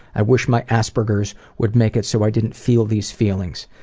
i wish my asperger's would make it so i didn't feel these feelings.